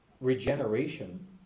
regeneration